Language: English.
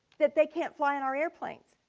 that they can't fly in our airplanes,